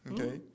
Okay